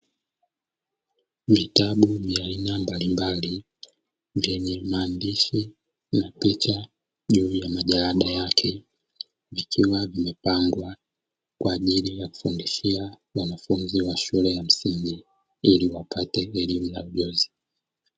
Vitabu vya aina mbalimbali vyenye maandishi na picha juu ya majalada yake, vikiwa vimepangwa kwa ajili ya kufundishia wanafunzi wa shule ya msingi ili wapate elimu na ujuzi.